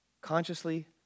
Consciously